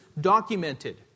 documented